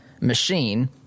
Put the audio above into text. machine